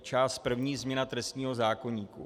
Část první Změna trestního zákoníku.